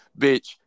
Bitch